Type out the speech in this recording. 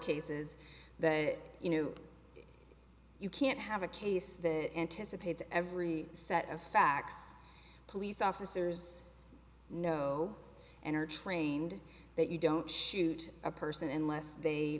cases that you know you can't have a case that anticipates every set of facts police officers know and are trained that you don't shoot a person unless they